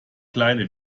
kleine